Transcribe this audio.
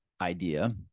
idea